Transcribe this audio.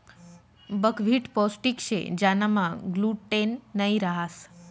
buckwheat पोष्टिक शे ज्यानामा ग्लूटेन नयी रहास